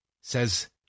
says